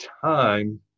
time